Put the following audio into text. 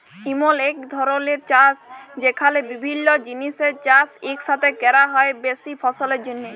ইমল ইক ধরলের চাষ যেখালে বিভিল্য জিলিসের চাষ ইকসাথে ক্যরা হ্যয় বেশি ফললের জ্যনহে